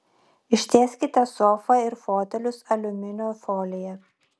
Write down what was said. ištieskite sofą ir fotelius aliuminio folija